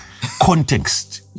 context